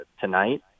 tonight